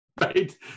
right